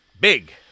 Big